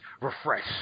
refresh